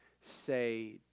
say